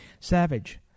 Savage